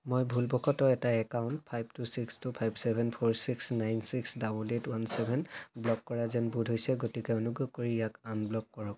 মই ভুলবশতঃ এটা account five two six two five seven four six nine six eight eight one seven block কৰা যেন বোধ হৈছে গতিকে অনুগ্ৰহ কৰি ইয়াক আনব্লক কৰক